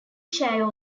chao